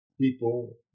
people